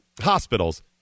hospitals